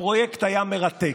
הפרויקט היה מרתק,